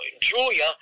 Julia